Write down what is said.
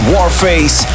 Warface